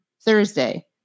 Thursday